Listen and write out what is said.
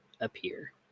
appear